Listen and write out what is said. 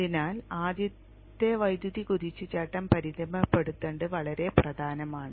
അതിനാൽ ആദ്യത്തെ വൈദ്യുതി കുതിച്ചുചാട്ടം പരിമിതപ്പെടുത്തേണ്ടത് വളരെ പ്രധാനമാണ്